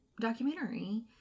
documentary